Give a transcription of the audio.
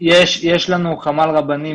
לנו חמ"ל רבנים,